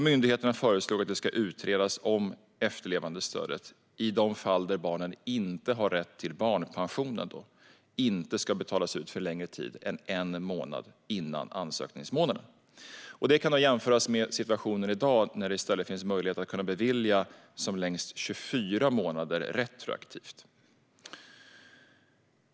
Myndigheterna föreslog att det ska utredas om efterlevandestödet, i de fall barnen inte har rätt till barnpension, inte ska betalas ut för längre tid tillbaka än en månad före ansökningsmånaden. Detta kan jämföras med hur situationen är i dag, då det finns möjlighet att bevilja efterlevandestöd som längst 24 månader retroaktivt.